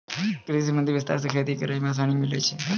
कृषि संबंधी विस्तार से खेती करै मे आसानी मिल्लै छै